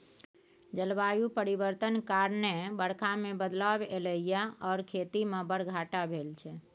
जलबायु परिवर्तन कारणेँ बरखा मे बदलाव एलय यै आर खेती मे बड़ घाटा भेल छै